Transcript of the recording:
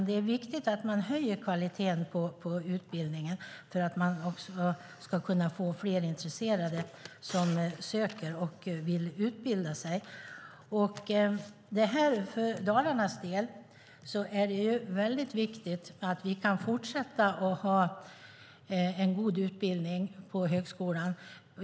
Det är viktigt att man höjer kvaliteten på utbildningen för att kunna få fler intresserade som söker och vill utbilda sig. För Dalarnas del är det mycket viktigt att vi kan fortsätta att ha en god utbildning på högskolan.